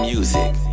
Music